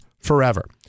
forever